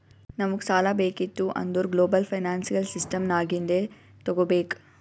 ನಮುಗ್ ಸಾಲಾ ಬೇಕಿತ್ತು ಅಂದುರ್ ಗ್ಲೋಬಲ್ ಫೈನಾನ್ಸಿಯಲ್ ಸಿಸ್ಟಮ್ ನಾಗಿಂದೆ ತಗೋಬೇಕ್